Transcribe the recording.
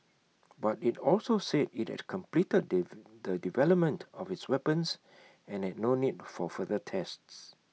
but IT also said IT had completed the development of its weapons and had no need for further tests